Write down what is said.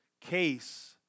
case